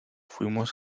fuimos